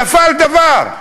נפל דבר.